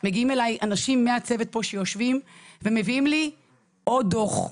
מגיעים אליי אנשים מהצוות פה ומביאים לי עוד דו"ח,